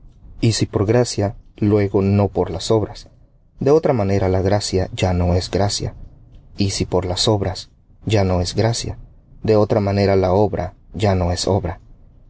y si por gracia luego no por las obras de otra manera la gracia ya no es gracia y si por las obras ya no es gracia de otra manera la obra ya no es obra